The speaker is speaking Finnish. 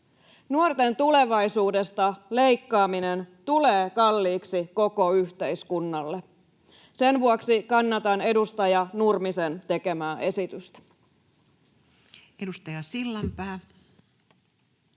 Nuorten tulevaisuudesta leikkaaminen tulee kalliiksi koko yhteiskunnalle. Sen vuoksi kannatan edustaja Nurmisen tekemää esitystä. Edustaja Sillanpää